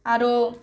आओर